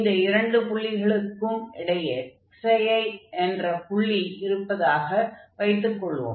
இந்த இரண்டு புள்ளிகளுக்கும் இடையே i என்ற புள்ளி இருக்கிறதாக வைத்துக் கொள்வோம்